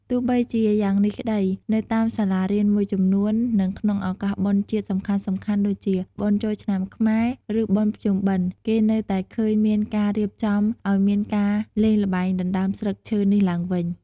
ទោះបីជាយ៉ាងនេះក្តី នៅតាមសាលារៀនមួយចំនួន និងក្នុងឱកាសបុណ្យជាតិសំខាន់ៗដូចជា បុណ្យចូលឆ្នាំខ្មែរ ឬបុណ្យភ្ជុំបិណ្ឌ គេនៅតែឃើញមានការរៀបចំឱ្យមានការលេងល្បែងដណ្ដើមស្លឹកឈើនេះឡើងវិញ។